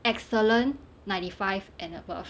excellent ninety five and above